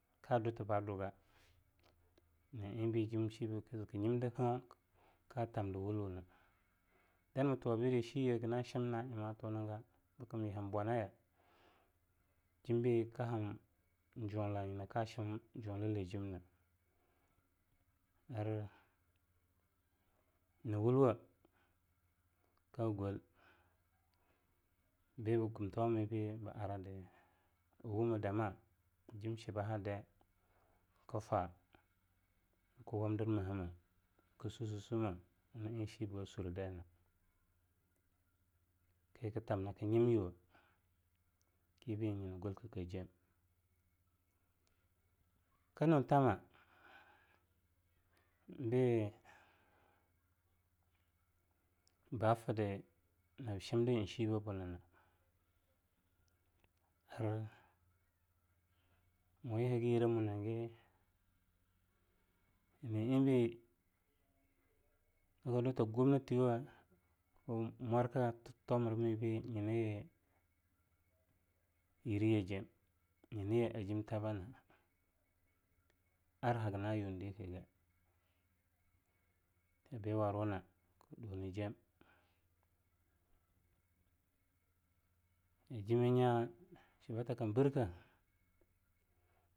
Kadutabaduga nyina'enbe jimshi be kzknyimdho katamdwulwene danamatu wabidae shiye haganashim na'aen matuniga bkmye hanbwanaya jimbei kahanjunlina nyinakashim junlajimne arnianawulwe kagol bebakim tomamibe na arada bwumeah dama jimchibahadai kfa kwamdi meahameah kussusume na'en shibebasurdaina kiktam nak nyimyu we kibe nyinagalkkajim. knuntama be bafdi nabachimdnshiba bunna ar-moyin hagen yirah a monin ga nyina'enbe hagen yirahh a momnin ga nyina'eenbe kaduta Gomba tiwe en mwarka a tomramibe nyinaye yirahyajem nyinaye ajimta bana arhaganayundikge ajimta bana arhanayundikge, bi'awarwuna? dunijem kim'anya gugthe kambirkai.